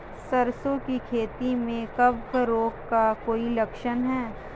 सरसों की खेती में कवक रोग का कोई लक्षण है?